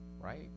Right